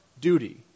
duty